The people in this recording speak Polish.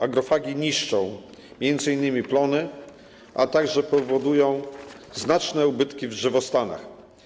Agrofagi niszczą m.in. plony, a także powodują znaczne ubytki w drzewostanach.